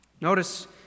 Notice